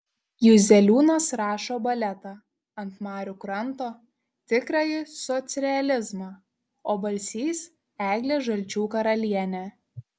juzeliūnas rašo baletą ant marių kranto tikrąjį socrealizmą o balsys eglę žalčių karalienę